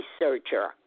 researcher